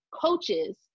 coaches